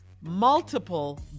multiple